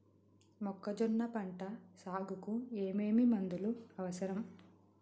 మొక్కజొన్న పంట సాగుకు ఏమేమి మందులు అవసరం?